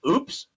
Oops